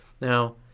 Now